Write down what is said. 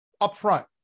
upfront